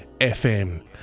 FM